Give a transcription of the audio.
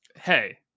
hey